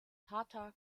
tata